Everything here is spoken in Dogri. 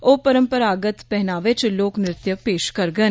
ओह् परम्परागत पहनावे च लोक नृत्य पेश करडन